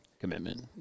commitment